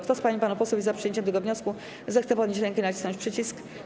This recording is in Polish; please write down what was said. Kto z pań i panów posłów jest za przyjęciem tego wniosku, zechce podnieść rękę i nacisnąć przycisk.